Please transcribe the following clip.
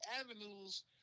avenues